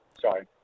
Sorry